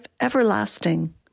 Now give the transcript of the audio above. everlasting